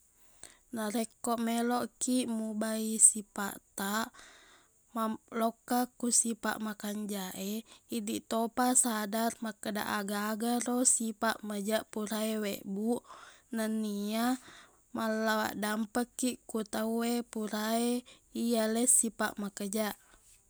Narekko meloqkiq mubai sipaqtaq mam- loqka ku sipaq makanjaq e idiq topa sadar makkeda aga-agaro sipaq majaq pura e webbu nenia mallawaq dampekkiq ko tauwe purae iyaleng sipaq makejaq